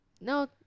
No